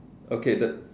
okay that